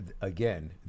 again